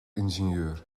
ingenieur